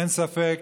אין ספק